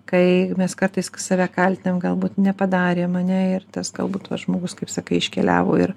kai mes kartais save kaltinam galbūt nepadarėm ar ne ir tas galbūt žmogus kaip sakai iškeliavo ir